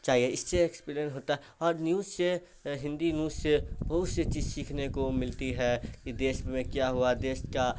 چاہیے اس سے ایکسپرینس ہوتا ہے اور نیوز سے ہندی نیوز سے بہت سی چیز سیکھنے کو ملتی ہے کہ دیش میں کیا ہوا دیش کا